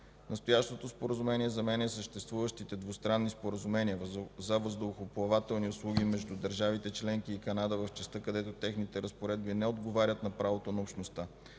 Настоящото споразумение заменя съществуващите двустранни споразумения за въздухоплавателни услуги между държавите членки и Канада в частта, където техните разпоредби не отговарят на правото на Общността.